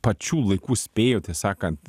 pačiu laiku spėjote sakant